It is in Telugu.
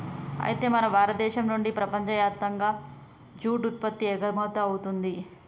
అయితే మన భారతదేశం నుండి ప్రపంచయప్తంగా జూట్ ఉత్పత్తి ఎగుమతవుతుంది